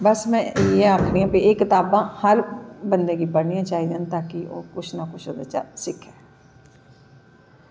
ते बस में इयै आखनीं आं कि एह् कताबां हर बंदे गी पढ़नियां चाही दियां न ओह् ताकि कुश ना कुश ओह्दै चा दा सिक्खै